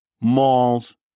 malls